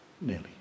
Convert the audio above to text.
nearly